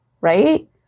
Right